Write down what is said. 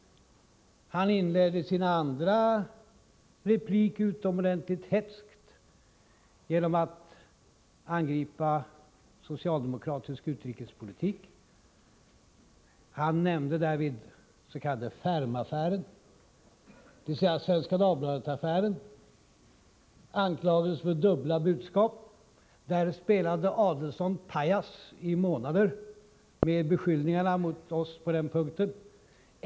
Han inledde sin andra replik utomordentligt hätskt genom att angripa socialdemokratisk utrikespolitik. Han nämnde därvid den s.k. Fermaffären, dvs. Svenska Dagbladet-affären, då man anklagade oss för dubbla budskap. I månader spelade Adelsohn pajas med beskyllningarna mot oss på den punkten.